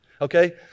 okay